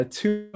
two